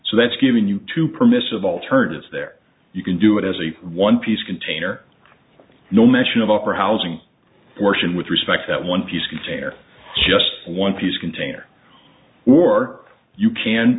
so that's giving you too permissive alternatives there you can do it as a one piece container no mention of a for housing portion with respect that one piece container just one piece container or you can